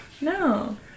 No